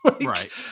Right